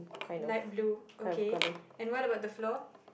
light blue okay and what about the floor